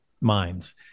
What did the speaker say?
minds